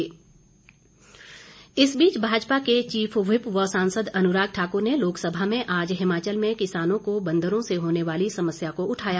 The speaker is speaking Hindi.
अनुराग ठाकुर इस बीच भाजपा के चीफ व्हिप व सांसद अनुराग ठाकुर ने लोकसभा में आज हिमाचल में किसानों को बंदरों से होने वाली समस्या को उठाया